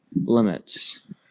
limits